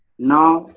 now